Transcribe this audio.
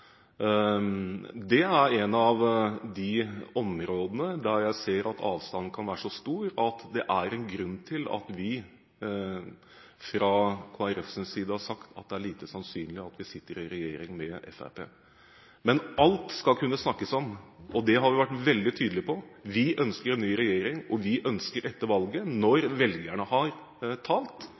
Det er et av de områdene der jeg ser at avstanden kan være så stor at det er en grunn til at vi fra Kristelig Folkepartis side har sagt at det er lite sannsynlig at vi sitter i regjering med Fremskrittspartiet. Men alt skal kunne snakkes om, og det har vi vært veldig tydelig på. Vi ønsker en ny regjering, og vi ønsker etter valget – når velgerne har talt